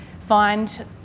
find